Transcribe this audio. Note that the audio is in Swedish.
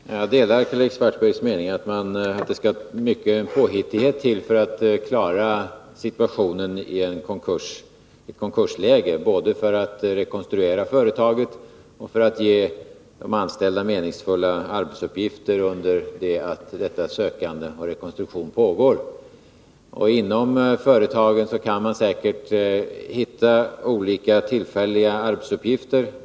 Herr talman! Jag delar Karl-Erik Svartbergs mening att det skall mycket påhittighet till för att klara situationen i ett konkursläge, både för att rekonstruera företaget och för att ge de anställda meningsfulla arbetsuppgifter under det att detta sökande efter lösningar och denna rekonstruktion pågår. Inom företaget kan man säkert hitta olika tillfälliga arbetsuppgifter.